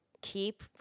keep